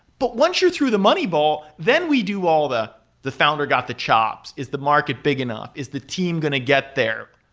but once you're through the money-ball, then we do all of the founder got the chops. is the market big enough? is the team going to get there?